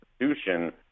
institution